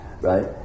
Right